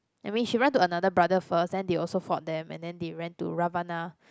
I mean she run to another brother first then they also fought them and then they ran to Ravana